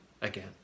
again